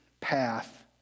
path